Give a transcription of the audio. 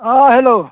अ hello